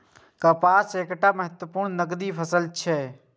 कपास एकटा महत्वपूर्ण नकदी फसल छियै